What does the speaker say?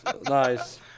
Nice